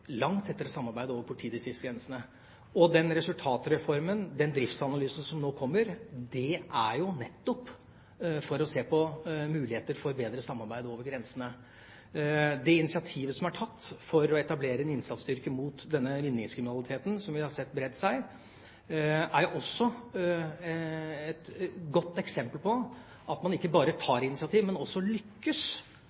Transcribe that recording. langt tettere samarbeid over politidistriktsgrensene. Og den resultatreformen, den driftsanalysen, som nå kommer, kommer nettopp for å se på muligheter for bedre samarbeid over grensene. Det initiativet som er tatt for å etablere en innsatsstyrke mot denne vinningskriminaliteten, som vi har sett bre seg, er også et godt eksempel på at man ikke bare